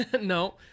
No